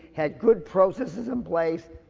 had good processes in place,